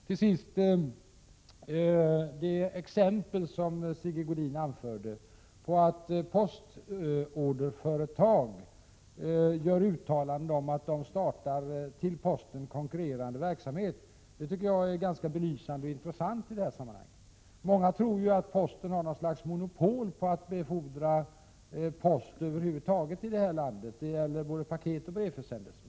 Till sist: Det exempel på att postorderföretag gör uttalanden om att de startar med posten konkurrerande verksamhet, som Sigge Godin anförde, är ganska belysande och intressant i detta sammanhang. Många tror att postverket har något slags monopol på att befordra post över huvud taget i det här landet — det gäller både paketförsändelser och brevförsändelser.